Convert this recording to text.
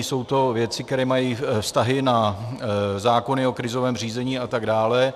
Jsou to věci, které mají vztahy na zákony o krizovém řízení atd.